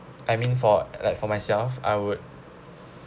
I mean for like for myself I would